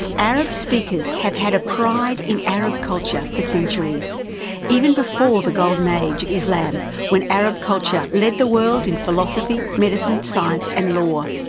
arab speakers have had a pride in arab culture for centuries even before the golden age of islam when arab culture led the world in philosophy, medicine, science and law.